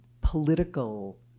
political